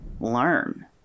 learn